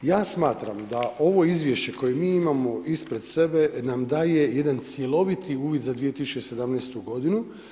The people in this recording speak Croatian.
Ja smatram da ovo izvješće koje mi imamo ispred sebe nam daje jedan cjeloviti uvid za 2017. godinu.